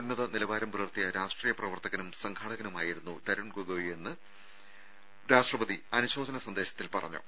ഉന്നത നിലവാരം പുലർത്തിയ രാഷ്ട്രീയ പ്രവർത്തകനും സംഘാടകനുമായിരുന്നു തരുൺ ഗൊഗോയിയെന്ന് രാഷ്ട്രപതി അനുശോചന സന്ദേശത്തിൽ പറഞ്ഞു